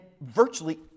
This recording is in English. virtually